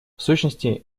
сущности